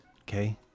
okay